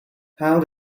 how